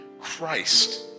Christ